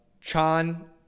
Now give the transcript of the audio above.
Chan